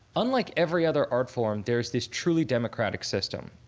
unlike every other art form, there is this truly democratic system.